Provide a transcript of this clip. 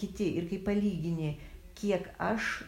kiti ir kai palygini kiek aš